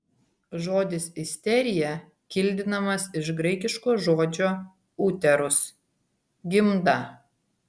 žodis isterija kildinamas iš graikiško žodžio uterus gimda